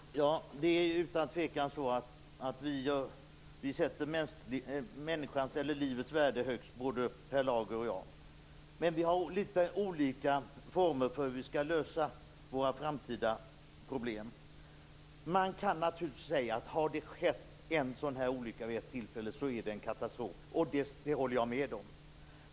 Herr talman! Det är utan tvekan så att vi sätter livets värde högst, både Per Lager och jag. Men vi har litet olika former för hur vi skall lösa våra framtida problem. Man kan naturligtvis säga att har det skett en sådan här olycka vid ett tillfälle, så är det en katastrof. Det håller jag med om.